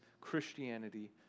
Christianity